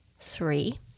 three